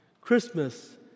Christmas